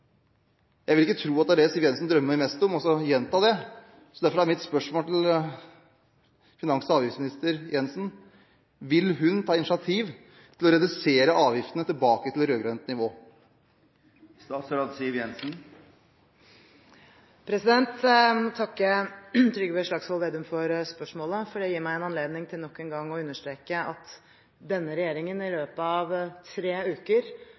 er det Siv Jensen drømmer mest om. Derfor er mitt spørsmål til finans- og avgiftsminister Jensen: Vil hun ta initiativ til å redusere avgiftene til rød-grønt nivå? Jeg vil takke Trygve Slagsvold Vedum for spørsmålet. Det gir meg anledning til nok en gang å understreke at denne regjeringen i løpet av tre uker